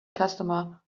customer